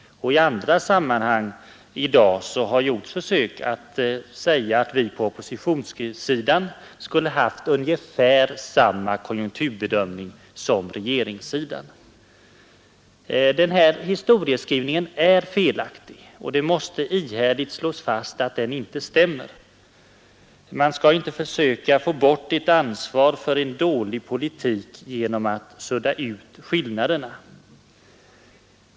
I andra sammanhang i dag har sagts att vi på oppositionssidan skulle ha haft ungefär samma konjunkturbedömning som regeringssidan. Den historieskrivningen är felaktig, och det måste ihärdigt slås fast att den inte stämmer. Man skall inte försöka få bort ett ansvar för en dålig politik genom att sudda ut de stora skillnaderna.